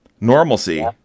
Normalcy